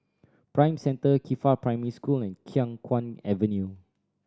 Prime Centre Qifa Primary School and Khiang Guan Avenue